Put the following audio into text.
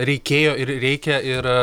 reikėjo ir reikia ir